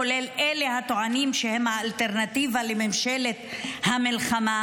כולל אלה הטוענים שהם האלטרנטיבה לממשלת המלחמה,